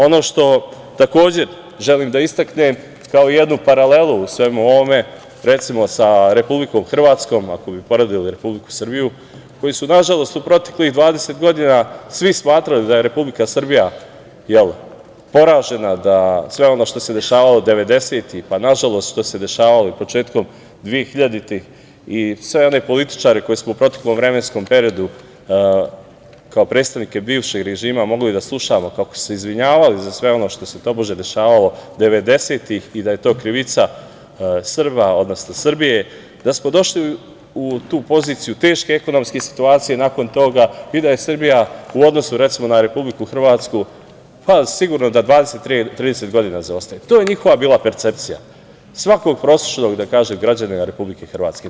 Ono što takođe želim da istaknem kao jednu paralelu u svemu ovome, recimo, sa Republikom Hrvatskom, ako bi poredili Republiku Srbiju, koji su nažalost u proteklih 20 godina svi smatrali da je Republika Srbija poražena, da je sve ono što se dešavalo 90-ih, pa nažalost što se dešavalo i početkom 2000. i svi oni političari koje smo u proteklom vremenskom periodu kao predstavnike bivšeg režima mogli da slušamo kako su se izvinjavali za sve ono što se tobože dešavalo 90-ih i da je to krivica Srba odnosno Srbije, da smo došli u tu poziciju teške ekonomske situacije nakon toga i da je Srbija u odnosu na, recimo, Republiku Hrvatsku, sigurno da 20-30 godina zaostaje i to je bila njihova percepcija, svakog prosečnog građanina Republike Hrvatske.